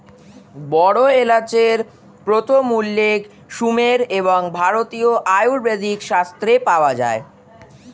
বড় এলাচের প্রথম উল্লেখ সুমের এবং ভারতীয় আয়ুর্বেদিক শাস্ত্রে পাওয়া যায়